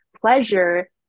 Pleasure